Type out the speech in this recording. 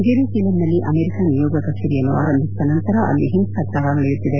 ಜೆರುಸಲೇಂನಲ್ಲಿ America ನಿಯೋಗ ಕಚೇರಿಯನ್ನು ಆರಂಭಿಸಿದ ನಂತರ ಅಲ್ಲಿ ಹಿಂಸಾಚಾರ ನಡೆಯುತ್ತಿದೆ